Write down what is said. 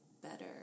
better